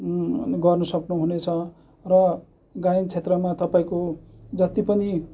गर्नुसक्नु हुनेछ र गायन क्षेत्रमा तपाईँको जति पनि